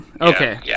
Okay